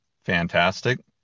fantastic